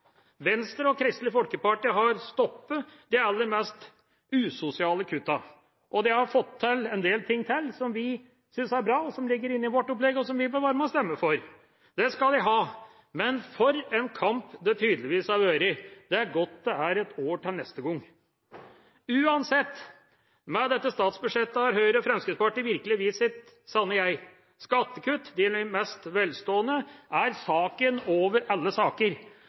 Venstre og Kristelig Folkeparti har stoppet de aller mest usosiale kuttene, og de har fått til en del ting til som vi synes er bra, og som ligger inne i vårt opplegg, og som vi vil være med og stemme for. Det skal de ha. Men for en kamp det tydeligvis har vært. Det er godt det er et år til neste gang. Uansett: Med dette statsbudsjettet har Høyre og Fremskrittspartiet virkelig vist sitt sanne jeg. Skattekutt til de mest velstående er saken over alle saker.